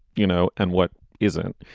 you know, and what isn't?